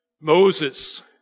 Moses